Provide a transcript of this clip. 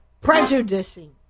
prejudicing